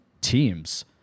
teams